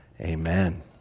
Amen